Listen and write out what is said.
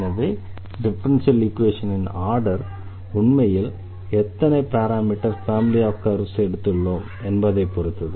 எனவே டிஃபரன்ஷியல் ஈக்வேஷனின் ஆர்டர் உண்மையில் எத்தனை பாராமீட்டர் ஃபேமிலி ஆஃப் கர்வ்ஸ் எடுத்துள்ளோம் என்பதைப் பொறுத்தது